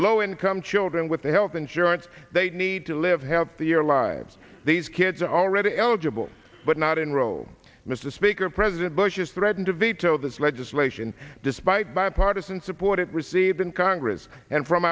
low income children with health insurance they need to live have thier lives these kids are already eligible but not enroll mr speaker president bush has threatened to veto this legislation despite bipartisan support it received in congress and from